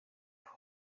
your